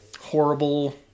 horrible